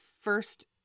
first